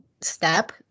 step